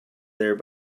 there